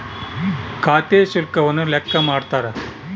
ಖಾತೆ ಶುಲ್ಕವನ್ನು ಲೆಕ್ಕ ಮಾಡ್ತಾರ